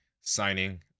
signing